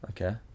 Okay